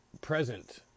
present